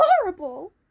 horrible